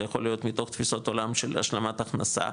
זה יכול להיות מתוך תפיסות עולם של השלמת הכנסה,